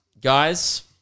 guys